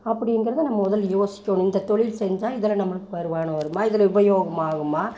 அப்படிங்கிறத நம்ம முதல் யோசிக்கணும் இந்த தொழில் செஞ்சால் இதில் நம்மளுக்கு வருமானம் வருமா இதில் உபயோகமாகுமா